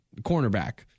cornerback